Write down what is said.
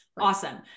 awesome